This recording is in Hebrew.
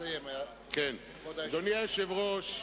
אדוני היושב-ראש,